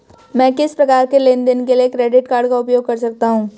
मैं किस प्रकार के लेनदेन के लिए क्रेडिट कार्ड का उपयोग कर सकता हूं?